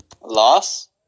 Loss